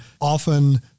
often